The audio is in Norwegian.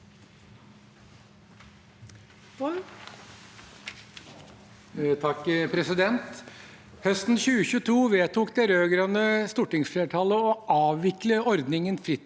Høsten 2022 vedtok det rød-grønne stortingsflertallet å avvikle ordningen fritt